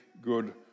good